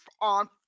on